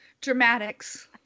dramatics